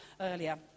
earlier